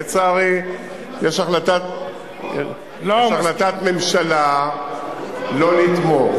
לצערי, יש החלטת ממשלה לא לתמוך.